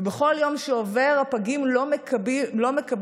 ובכל יום שעובר הפגים לא מקבלים,